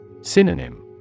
Synonym